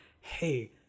hey